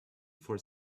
for